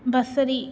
बसरी